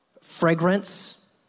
fragrance